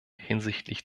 hinsichtlich